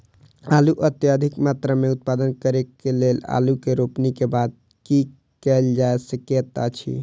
आलु अधिक मात्रा मे उत्पादन करऽ केँ लेल आलु केँ रोपनी केँ बाद की केँ कैल जाय सकैत अछि?